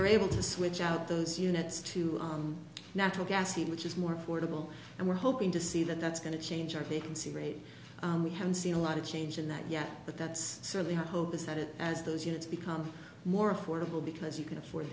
were able to switch out those units to natural gas which is more affordable and we're hoping to see that that's going to change our vacancy rate we haven't seen a lot of change in that yet but that's certainly hope is that it as those units become more affordable because you can afford